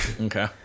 Okay